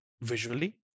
visually